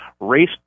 race